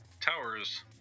towers